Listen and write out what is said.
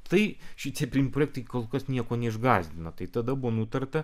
tai šitie priimti projektai kol kas nieko neišgąsdino tai tada buvo nutarta